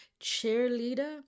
cheerleader